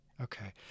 Okay